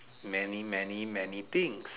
many many many things